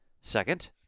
Second